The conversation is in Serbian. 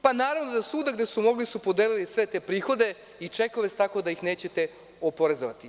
Pa naravno, da svuda gde su mogli su podelili sve te prihode i čekove, tako da ih nećete oporezovati.